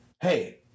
Hey